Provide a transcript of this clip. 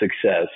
Success